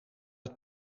het